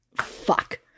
Fuck